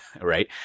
right